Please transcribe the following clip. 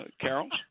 carols